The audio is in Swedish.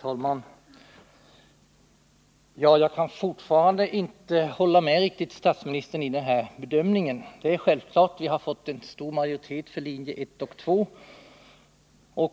Herr talman! Jag kan fortfarande inte riktigt hålla med statsministern när det gäller den här bedömningen. Självfallet är det så att vi har fått en stor majoritet för linjerna 1 och 2 som